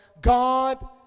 God